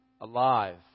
alive